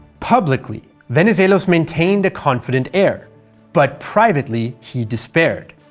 publicly, venizelos maintained a confident air but privately, he despaired.